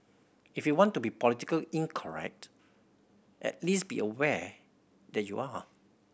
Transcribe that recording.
if you want to be political incorrect at least be aware that you are